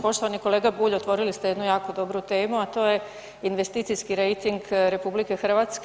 Poštovani kolega Bulj, otvorili ste jednu jako dobru temu a to je investicijski rejting RH.